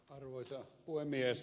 arvoisa puhemies